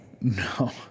No